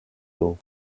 d’eau